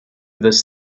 this